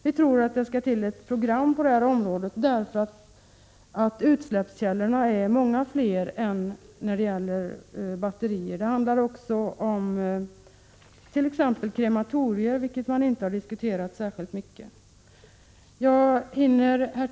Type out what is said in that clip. Vi tror att det skall till ett program på det här området, eftersom utsläppskällorna är många fler än bara batterier. Det handlar också om t.ex. krematorier, vilket man inte har diskuterat särskilt mycket. Herr talman!